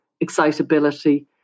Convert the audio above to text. excitability